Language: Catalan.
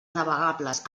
navegables